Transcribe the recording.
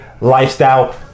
lifestyle